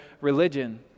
religion